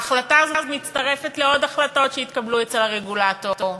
ההחלטה הזאת מצטרפת לעוד החלטות שהתקבלו אצל הרגולטור,